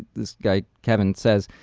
this guy kevin says,